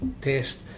test